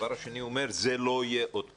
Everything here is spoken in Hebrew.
ושזה לא יהיה עוד פעם.